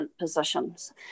positions